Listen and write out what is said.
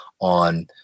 on